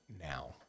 now